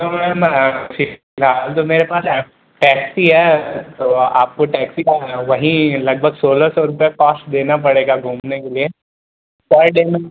तो मेरे पास टैक्सी है तो आपको टैक्सी का वहीं लगभग सोलह सौ रुपये कॉस्ट देना पड़ेगा घूमने के लिए